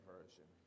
Version